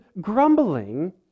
grumbling